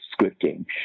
scripting